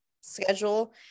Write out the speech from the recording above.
schedule